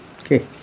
Okay